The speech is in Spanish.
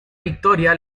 victoria